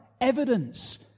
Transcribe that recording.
evidence